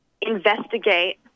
investigate